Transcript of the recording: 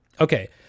Okay